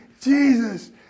Jesus